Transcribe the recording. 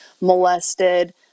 molested